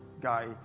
guy